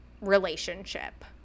relationship